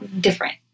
different